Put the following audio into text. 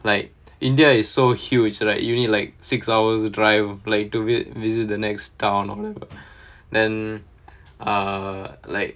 like india is so huge right you need like six hours drive like to visit the next town or whatever then err like